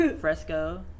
Fresco